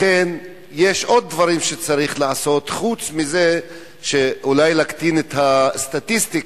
לכן יש עוד דברים שצריך לעשות חוץ מזה שאולי יקטינו את הסטטיסטיקה,